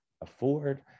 afford